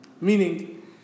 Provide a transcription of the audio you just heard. Meaning